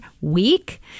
week